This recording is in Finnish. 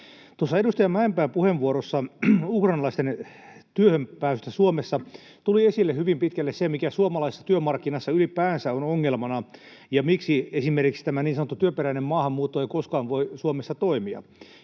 Tuossa edustaja Mäenpään puheenvuorossa ukrainalaisten työhön pääsystä Suomessa tuli esille hyvin pitkälle se, mikä suomalaisessa työmarkkinassa ylipäänsä on ongelmana ja miksi esimerkiksi niin sanottu työperäinen maahanmuutto ei koskaan voi Suomessa toimia.